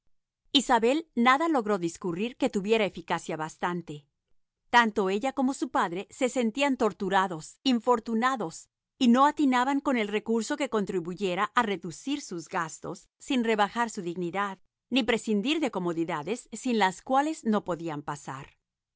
nada logró discurrir que tuviera eficacia bastante tanto ella como su padre se sentían torturados infortunados y no atinaban con el recurso que contribuyera a reducir sus gastos sin rebajar su dignidad ni prescindir de comodidades sin las cuales no podían pasar